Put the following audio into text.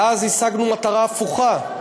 ואז השגנו מטרה הפוכה.